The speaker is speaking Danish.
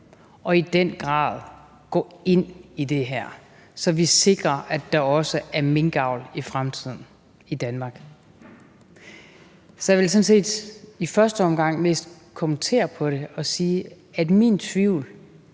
og i den grad går ind i det her, så vi sikrer, at der også er minkavl i Danmark i fremtiden. Så jeg vil sådan set i første omgang mest kommentere på det og sige, at min tvivl